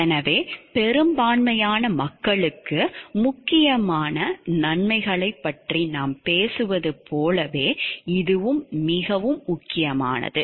எனவே பெரும்பான்மையான மக்களுக்கு முக்கியமான நன்மைகளைப் பற்றி நாம் பேசுவது போலவே இதுவும் மிகவும் முக்கியமானது